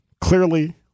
clearly